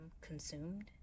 consumed